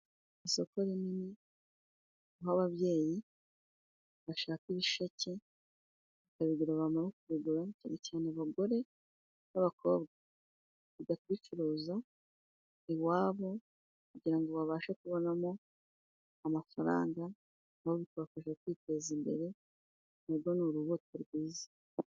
Isoko rinini, nk'ababyeyi bashaka ibisheke, bakabigura bamara kubigura cyane cyane abagore n'abakobwa bakajya kubicuruza iwabo kugira ngo babashe kubonamo amafaranga abafasha kujya kwiteza imbere, na rwo ni urubuto rwiza.